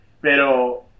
Pero